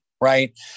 right